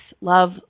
love